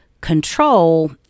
control